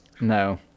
No